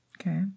Okay